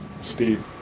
Steve